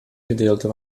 gedeelte